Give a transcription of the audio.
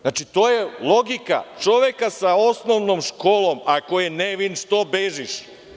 Znači, to je logika čoveka sa osnovnom školom – ako si nevin, što bežiš?